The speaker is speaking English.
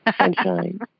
sunshine